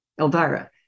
Elvira